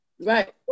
Right